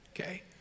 Okay